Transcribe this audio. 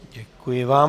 Děkuji vám.